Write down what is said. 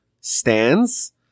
stands